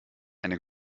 eine